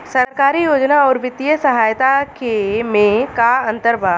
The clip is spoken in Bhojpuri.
सरकारी योजना आउर वित्तीय सहायता के में का अंतर बा?